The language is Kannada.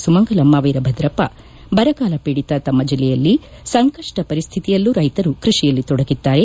ಸುಮಂಗಲಮ್ಮ ವೀರಭದ್ರಪ್ಪ ಬರಗಾಲ ಪೀಡಿತ ತಮ್ಮ ಜಿಲ್ಲೆಯಲ್ಲಿ ಸಂಕಷ್ಟ ಪರಿಸ್ಥಿತಿಯಲ್ಲೂ ರೈತರು ಕೃಷಿಯಲ್ಲಿ ತೊಡಗಿದ್ದಾರೆ